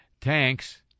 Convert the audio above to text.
tanks